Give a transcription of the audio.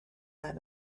that